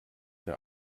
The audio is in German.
der